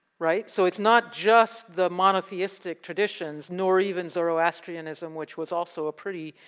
right, so it's not just the monotheistic traditions, nor even zoroastrianism which was also a pretty